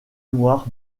noir